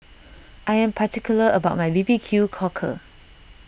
I am particular about my B B Q Cockle